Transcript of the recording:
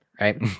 right